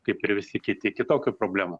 kaip ir visi kiti kitokių problemų